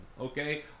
okay